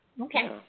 Okay